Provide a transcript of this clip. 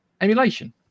emulation